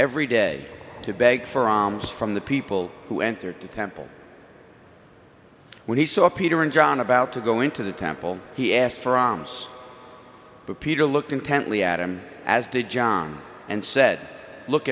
every day to beg for alms from the people who entered to temple when he saw peter and john about to go into the temple he asked for alms but peter looked intently at him as did john and said look